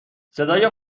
صدای